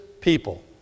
people